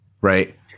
Right